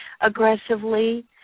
aggressively